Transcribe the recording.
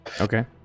Okay